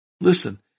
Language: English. Listen